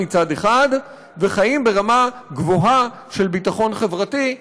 וחיים ברמה גבוהה של ביטחון חברתי,